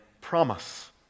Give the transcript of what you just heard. promise